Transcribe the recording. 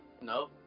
no